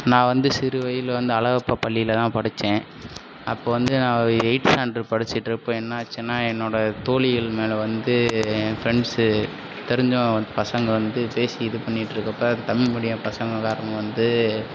நான் வந்து சிறு வயதில் வந்து அழகப்பா பள்ளியில்தான் படித்தேன் அப்போது வந்து நான் எயித் ஸ்டாண்டர்ட் படிச்சிட்டிருப்பேன் என்னாச்சின்னா என்னோடய தோழிகள் மேலே வந்து என் ஃபிரெண்ட்ஸு தெரிஞ்ச பசங்க வந்து பேசி இது பண்ணிட்டிருக்கப்ப தமிழ் மீடியம் பசங்க எல்லாருமே வந்து